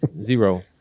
zero